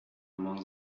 among